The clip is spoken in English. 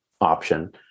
option